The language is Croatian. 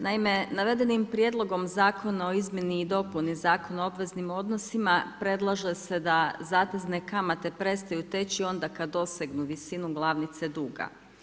Naime, navedenim prijedlogom Zakona o izmjeni i dopuni Zakona o obveznim odnosima predlaže se da zatezne kamate prestaju teći onda kad dosegnu visinu glavnice duga.